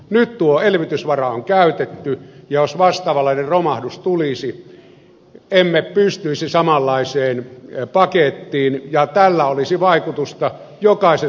nyt tuo elvytysvara on käytetty ja jos vastaavanlainen romahdus tulisi emme pystyisi samanlaiseen pakettiin ja tällä olisi vaikutusta jokaisen suomalaisen arkeen